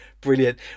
brilliant